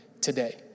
today